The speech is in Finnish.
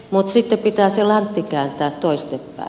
mutta sitten pitää se lantti kääntää toisinpäin